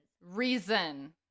Reason